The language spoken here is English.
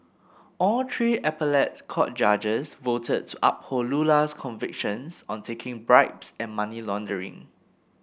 all three appellate court judges voted to uphold Lula's convictions on taking bribes and money laundering